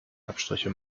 abstriche